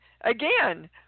again